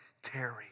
Terry